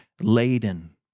laden